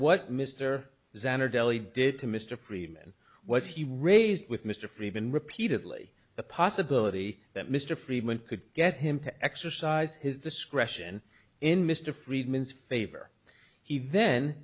deli did to mr freeman was he raised with mr freeman repeatedly the possibility that mr freeman could get him to exercise his discretion in mr friedman's favor he then